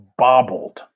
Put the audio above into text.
bobbled